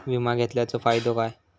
विमा घेतल्याचो फाईदो काय?